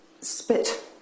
spit